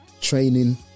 training